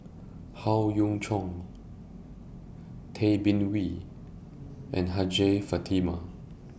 Howe Yoon Chong Tay Bin Wee and Hajjah Fatimah